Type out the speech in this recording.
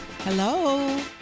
Hello